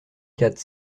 quatre